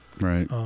Right